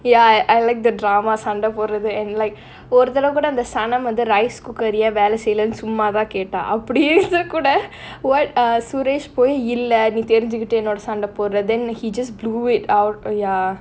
ya I I like the drama சண்ட போடுறது:sanda podurathu and like ஒரு தடவ கூட அந்த:oru thadava kooda antha sanam வந்து:vanthu rice cooker ஏன் வேல செய்யிலனு சும்மாதா கேட்டா அப்படியே இருந்து கூட:yaen vela seiyilaanu summaathaa kettaa appadiyae irunthu kooda what ah suresh போய் இல்ல நீ தெரிஞ்சிகிட்டு என்னோட சண்ட போடுற:poi illa nee therinjukittu ennoda sanda podura then he just blew it out or ya